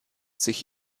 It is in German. sich